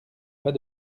pas